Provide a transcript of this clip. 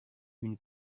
une